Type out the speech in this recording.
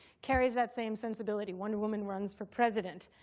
carries that same sensibility. wonder woman runs for president.